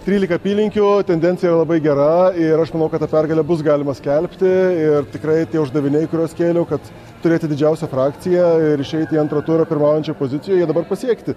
trylika apylinkių tendencija labai gera ir aš manau kad tą pergalę bus galima skelbti ir tikrai tie uždaviniai kuriuos kėliau kad turėti didžiausią frakciją ir išeiti į antrą turą pirmaujančioje pozicijoje dabar pasiekti